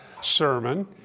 sermon